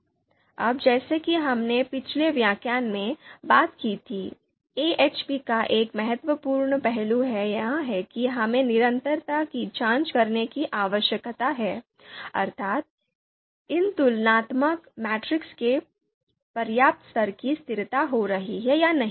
अब जैसा कि हमने पिछले व्याख्यान में बात की थी AHP का एक महत्वपूर्ण पहलू यह है कि हमें निरंतरता की जांच करने की आवश्यकता है अर्थात् इन तुलनात्मक मैट्रिक्स में पर्याप्त स्तर की स्थिरता हो रही है या नहीं